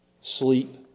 sleep